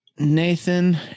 Nathan